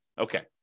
Okay